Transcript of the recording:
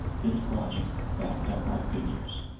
this logic, backed up by figures,